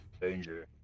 danger